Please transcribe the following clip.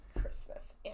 Christmas